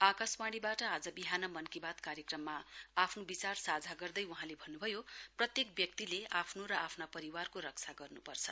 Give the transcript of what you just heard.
आकाशवाणीवाट आज विहान मन की बात कार्यक्रममा आफ्नो विचार साझा गर्दै वहाँले भन्नुभयो प्रत्येक व्यक्तिले आफ्नो र आफ्ना परिवारको रक्षा गर्नुपर्छ